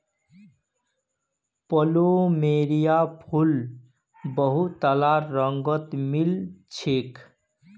plumeria फूल बहुतला रंगत मिल छेक